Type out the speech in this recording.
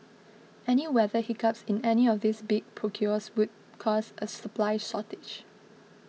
any weather hiccups in any of these big procures would cause a supply shortage